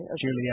julia